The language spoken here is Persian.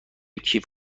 کیف